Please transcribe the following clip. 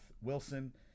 Wilson